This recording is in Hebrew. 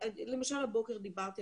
הבוקר דיברתי,